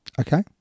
Okay